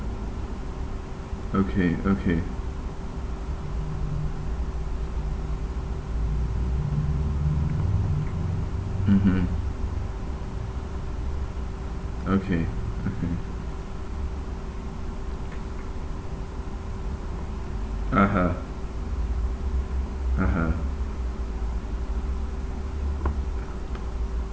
okay okay mmhmm okay okay (uh huh) (uh huh)